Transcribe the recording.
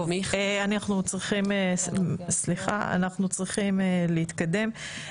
סליחה, אנחנו צריכים להתקדם.